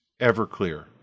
Everclear